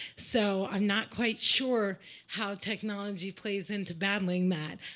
so i'm not quite sure how technology plays into battling that.